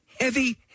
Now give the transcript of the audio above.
heavy